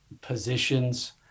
positions